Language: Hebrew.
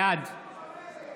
בעד